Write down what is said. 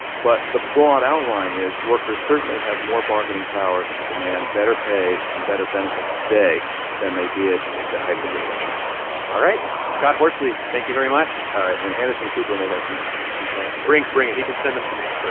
but the broad outline is workers certainly have more bargaining power to demand better pay and better benefits today than they did at the height of the recession all right. scott horsley, thank you very much all right. and anderson cooper may have some complaints bring it. he can send them to me